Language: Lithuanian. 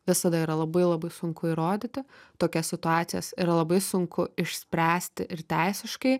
visada yra labai labai sunku įrodyti tokias situacijas yra labai sunku išspręsti ir teisiškai